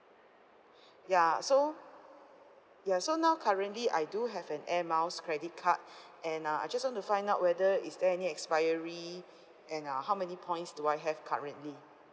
ya so ya so now currently I do have an air miles credit card and uh I just want to find out whether is there any expiry and uh how many points do I have currently